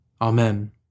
Amen